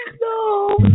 no